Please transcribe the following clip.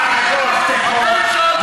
אתה מגיע לסוף כהונתך,